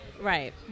Right